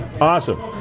Awesome